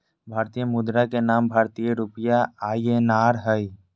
भारतीय मुद्रा के नाम भारतीय रुपया आई.एन.आर हइ